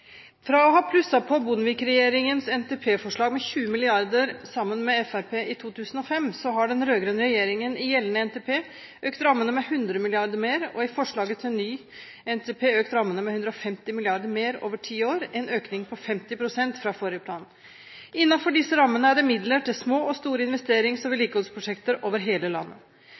Fra å ha plusset på Bondevik-regjeringens NTP-forslag med 20 mrd. kr sammen med Fremskrittspartiet i 2005 har den rød-grønne regjeringen i gjeldende NTP økt rammene med 100 mrd. kr mer og i forslaget til ny NTP økt rammene med 150 mrd. kr mer over ti år, en økning på 50 pst. fra forrige plan. Innenfor disse rammene er det midler til små og store investerings- og vedlikeholdsprosjekter over hele landet.